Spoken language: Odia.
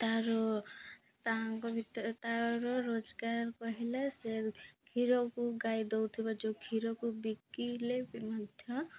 ତାର ତାଙ୍କ ଭିତରେ ତାର ରୋଜଗାର କହିଲେ ସେ କ୍ଷୀରକୁ ଗାଈ ଦଉଥିବ ଯେଉଁ କ୍ଷୀରକୁ ବିକିଲେ ବି ମଧ୍ୟ